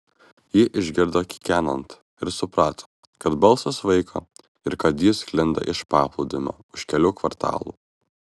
ji išgirdo kikenant ir suprato kad balsas vaiko ir kad jis sklinda iš paplūdimio už kelių kvartalų